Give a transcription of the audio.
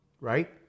right